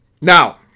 Now